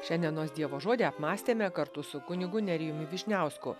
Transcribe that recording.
šiandienos dievo žodį apmąstėme kartu su kunigu nerijumi vyšniausku